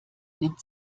nimmt